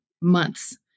months